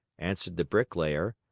answered the bricklayer.